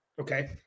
okay